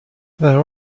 there